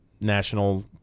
national